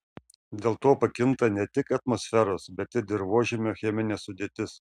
dėl to pakinta ne tik atmosferos bet ir dirvožemio cheminė sudėtis